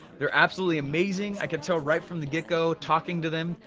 they're absolutely amazing, i could tell right from the get go, talking to them,